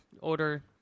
order